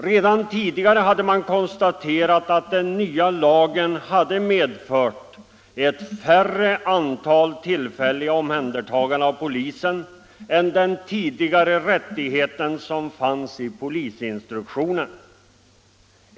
Redan tidigare hade man konstaterat att den nya lagen hade medfört färre tillfälliga omhändertaganden av polisen än den tidigare rättigheten som fanns i polisinstruktionen.